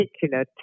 particular